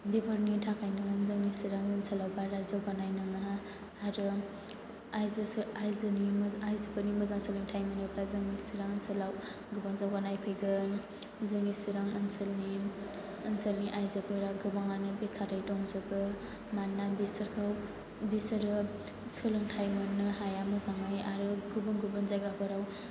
बेफोरनि थाखायनो जोंनि चिरां ओनसोलाव बारा जौगानाय नङा आरो आयजोनि मोजां आयजोफोरा मोजां सोलोंथाय मोनोब्ला जोंनि चिरां ओनसोलाव गोबां जौगानाय फैगोन जोंनि चिरां ओनसोलनि आयजोफोरा गोबाङानो बेखारै दंजोबो मानोना बिसोरो सोलोंथाय मोननो हाया मोजाङै आरो गुबुन गुबुन जायगाफोराव